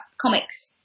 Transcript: comics